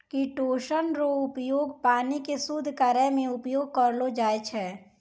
chitosan रो उपयोग पानी के शुद्ध करै मे उपयोग करलो जाय छै